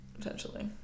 potentially